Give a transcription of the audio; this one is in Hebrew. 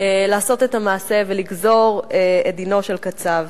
לעשות את המעשה ולגזור את דינו של קצב.